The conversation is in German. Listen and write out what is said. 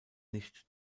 nicht